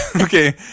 Okay